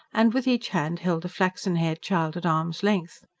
and with each hand held a flaxen-haired child at arm's length.